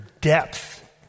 depth